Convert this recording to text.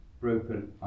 broken